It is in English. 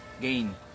gain